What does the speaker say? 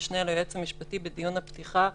המשנה ליועץ המשפטי לממשלה בדיון הפתיחה,